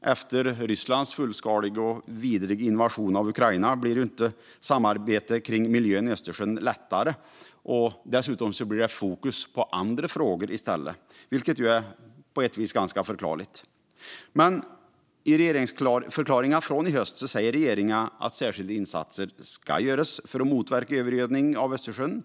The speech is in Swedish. Efter Rysslands fullskaliga och vidriga invasion av Ukraina blir inte samarbetet om miljön i Östersjön lättare. Dessutom blir det fokus på andra frågor i stället, vilket på ett vis är ganska förklarligt. Men i regeringsförklaringen från i höst säger regeringen att särskilda insatser ska göras för att motverka övergödning av Östersjön.